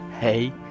Hey